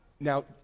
Now